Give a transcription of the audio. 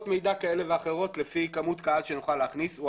מידע כאלה ואחרות לפי כמות קהל שנוכל להכניס.